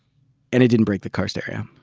and it didn't break the car stereo.